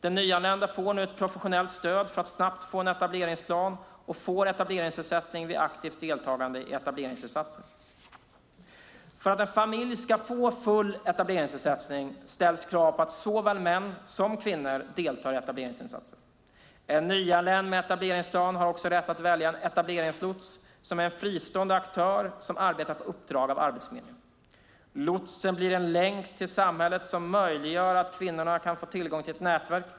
Den nyanlände får nu professionellt stöd för att snabbt få en etableringplan och får etableringsersättning vid aktivt deltagande i etableringsinsatser. För att en familj ska få full etableringsersättning ställs krav på att såväl män som kvinnor deltar i etableringsinsatser. En nyanländ med etableringsplan har också rätt att välja en etableringslots som är en fristående aktör som arbetar på uppdrag av Arbetsförmedlingen. Lotsen blir en länk till samhället som möjliggör att kvinnorna kan få tillgång till ett nätverk.